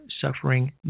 suffering